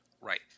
Right